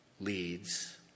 leads